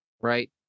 right